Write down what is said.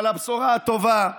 אבל הבשורה הטובה היא